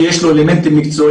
כי יש לו אלמנטים מקצועיים.